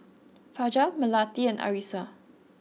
Fajar Melati and Arissa